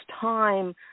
time